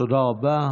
תודה רבה.